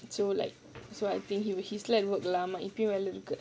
so like so I think he will he இப்போ:ippo